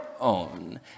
own